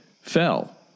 fell